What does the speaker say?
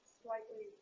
slightly